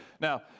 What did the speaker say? Now